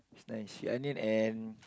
nice sea onion and